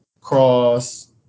cross